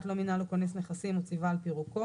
לא מינה לו כונס נכסים או ציווה על פירוקו.